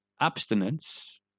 abstinence